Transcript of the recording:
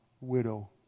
widow